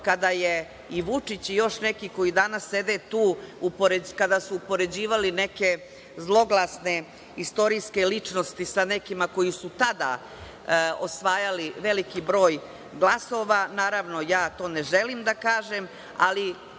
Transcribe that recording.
kada je i Vučić i još neki koji danas sede tu, kada su upoređivali neke zloglasne istorijske ličnosti sa nekima koji su tada osvajali veliki broj glasova. Naravno, ja to ne želim da kažem, ali